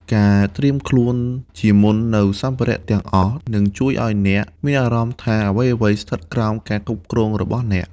ការត្រៀមខ្លួនជាមុននូវសម្ភារៈទាំងអស់នឹងជួយឱ្យអ្នកមានអារម្មណ៍ថាអ្វីៗស្ថិតក្រោមការគ្រប់គ្រងរបស់អ្នក។